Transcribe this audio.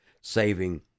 saving